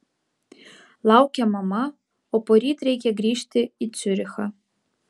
laukia mama o poryt reikia grįžti į ciurichą